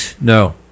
no